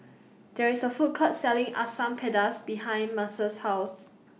There IS A Food Court Selling Asam Pedas behind Mercer's House